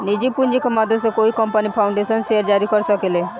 निजी पूंजी के मदद से कोई कंपनी फाउंडर्स शेयर जारी कर सके ले